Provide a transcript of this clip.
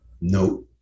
no